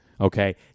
Okay